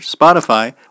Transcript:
Spotify